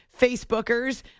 Facebookers